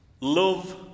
love